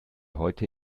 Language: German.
heute